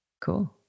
Cool